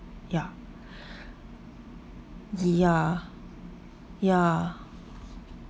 ya ya ya